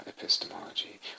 epistemology